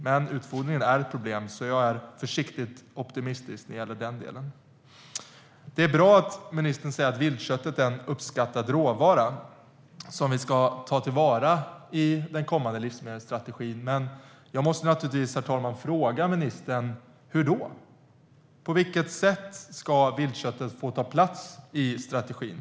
Men utfodringen är ett problem, så jag är försiktigt optimistisk när det gäller den delen. Det är bra att ministern säger att viltköttet är en uppskattad råvara som vi ska ta till vara i den kommande livsmedelsstrategin. Men jag måste naturligtvis, herr talman, fråga ministern: Hur då? På vilket sätt ska viltköttet få ta plats i strategin?